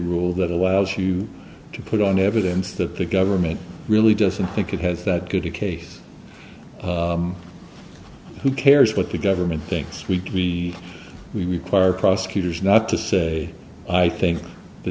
rule that allows you to put on evidence that the government really doesn't think it has that good a case who cares what the government thinks we we require prosecutors not to say i think the